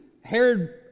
Herod